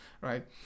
right